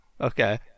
Okay